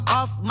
off